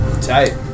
Tight